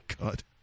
God